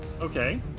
Okay